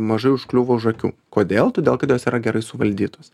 mažai užkliuvo už akių kodėl todėl kad jos yra gerai suvaldytos